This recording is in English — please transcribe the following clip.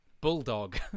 bulldog